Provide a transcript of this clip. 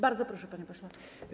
Bardzo proszę, panie pośle.